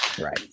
Right